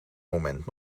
moment